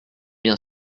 bien